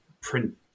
print